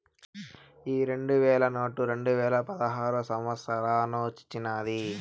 ఈ రెండు వేల నోటు రెండువేల పదహారో సంవత్సరానొచ్చినాది